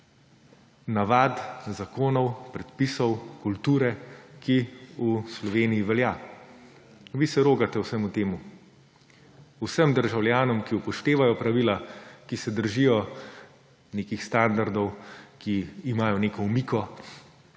navad, zakonov, predpisov, kulture, ki v Sloveniji velja. Vi se rogate vsemu temu, vsem državljanom, ki upoštevajo pravila, ki se držijo nekih standardov, ki imajo neko omiko,